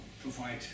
provide